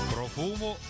Profumo